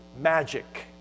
magic